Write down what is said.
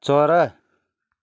चरा